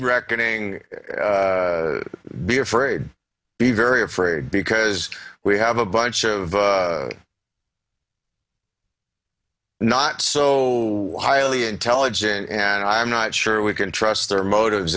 reckoning be afraid be very afraid because we have a bunch of not so highly intelligent and i'm not sure we can trust their motives